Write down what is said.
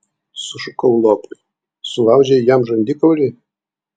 sušukau lopui sulaužei jam žandikaulį